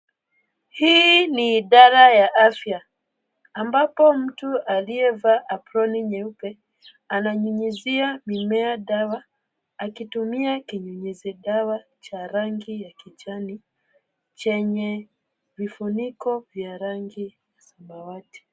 Hii ni idara ya afya ambapo mtu aliyevaa aproni nyeupe ananyunyuzia mimea dawa akitumia kinyunyuzi dawa cha rangi ya kijani chenye vifuniko vya rangi samawati.